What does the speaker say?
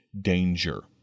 danger